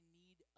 need